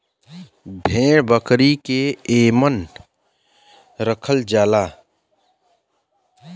भेड़ बकरी के एमन रखल जाला